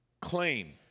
claim